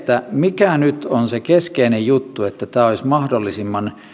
mikä nyt on se keskeinen juttu että tämä olisi mahdollisimman